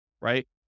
right